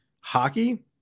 hockey